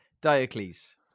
Diocles